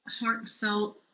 heartfelt